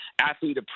athlete